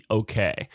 okay